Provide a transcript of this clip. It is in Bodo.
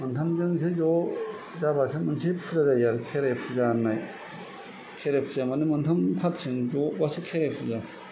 मोनथामजोंसो ज' जाबासो मोनसे फुजा जायो आरो खेराइ फुजा होननाय खेराइ फुजा माने मोनथाम पार्टि जों ज'बासो खेराइ फुजा